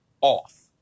off